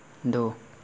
दो